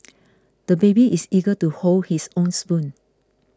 the baby is eager to hold his own spoon